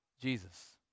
Jesus